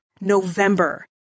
November